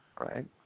right